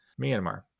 Myanmar